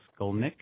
Skolnick